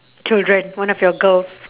children one of your girls